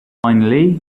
finally